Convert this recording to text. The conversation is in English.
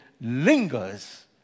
lingers